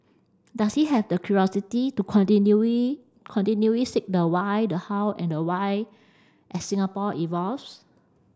does he have the curiosity to continually continually seek the why the how and the why as Singapore evolves